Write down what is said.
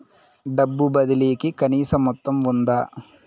డబ్బు బదిలీ కి కనీస మొత్తం ఉందా?